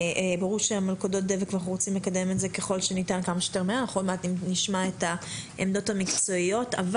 אנחנו עוד מעט נשמע את העמדות המקצועיות אבל